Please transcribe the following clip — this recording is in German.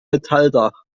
metalldach